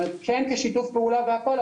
כלומר כן כשיתוף פעולה והכל,